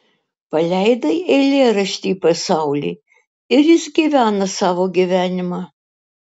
paleidai eilėraštį į pasaulį ir jis gyvena savo gyvenimą